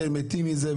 כן, מתים מזה.